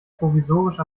provisorisch